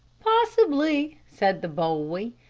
possibly, said the boy,